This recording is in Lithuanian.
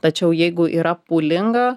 tačiau jeigu yra pūlinga